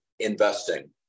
Investing